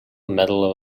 medal